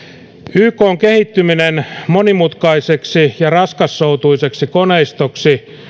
ykn kehittyminen monimutkaiseksi ja raskassoutuiseksi koneistoksi